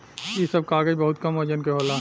इ सब कागज बहुत कम वजन के होला